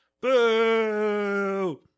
Boo